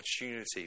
opportunity